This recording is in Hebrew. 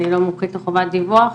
אני לא מומחית לחובת דיווח,